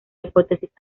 hipótesis